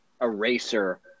eraser